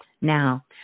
Now